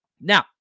Now